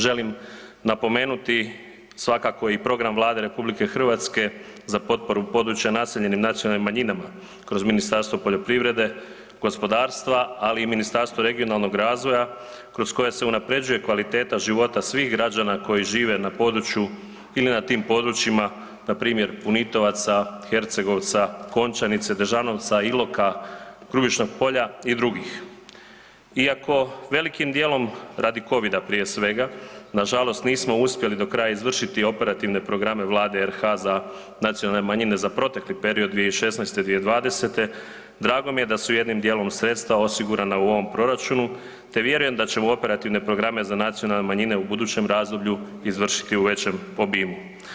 Želim napomenuti svakako i program Vlade RH za potporu područja naseljenim nacionalnim manjinama kroz Ministarstvo poljoprivrede, gospodarstava, ali i Ministarstva regionalnog razvoja kroz koja se unapređuje kvaliteta života svih građana koji žive na području ili na tim područjima npr. Punitovaca, Hercegovca, Končanice, Dežanovca, Iloka, Grubišnog polja i dr. Iako velikim dijelom radi covida prije svega, nažalost nismo uspjeli do kraja izvršiti operativne programe Vlade RH za nacionalne manjine za protekli period 2016.-2020. drago mi je da su jednim dijelom sredstva osigurana u ovom proračunu te vjerujem da ćemo u operativne programe za nacionalne manjine u budućem razdoblju izvršiti u većem obimu.